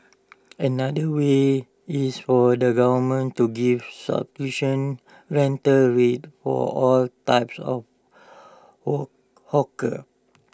another way is for the government to give rental rates for all types of hall hawkers